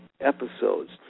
episodes